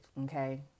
okay